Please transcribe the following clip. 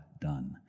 done